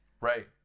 Right